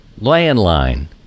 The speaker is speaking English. Landline